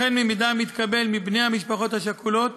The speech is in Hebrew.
וכן ממידע המתקבל מבני המשפחות השכולות,